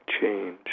change